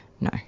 No